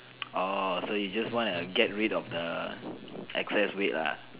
orh so you just wanna get rid of the excess weight lah